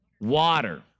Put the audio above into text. Water